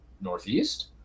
Northeast